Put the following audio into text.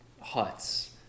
Huts